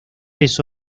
eso